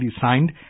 signed